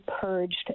purged